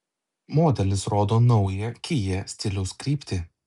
modelis rodo naują kia stiliaus kryptį